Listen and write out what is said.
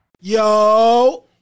Yo